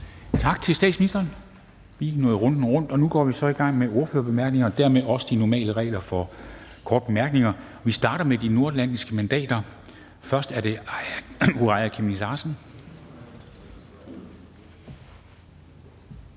Tak til statsministeren. Vi er nået runden rundt, og nu går vi så i gang med ordførertalerne, og dermed gælder også de normale regler for korte bemærkninger. Vi starter med de nordatlantiske mandater. Først er det fru Aaja Chemnitz Larsen.